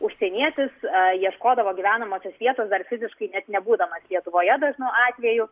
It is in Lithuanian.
užsienietis ieškodavo gyvenamosios vietos dar fiziškai net nebūdamas lietuvoje dažnu atveju